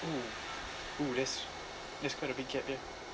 oo oo that's that's quite a big gap yeah